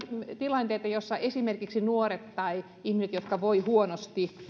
tilanteita joissa esimerkiksi nuoret tai ihmiset jotka voivat huonosti